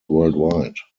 worldwide